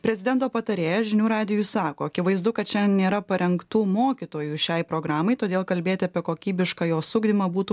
prezidento patarėjas žinių radijui sako akivaizdu kad šian nėra parengtų mokytojų šiai programai todėl kalbėti apie kokybišką jos ugdymą būtų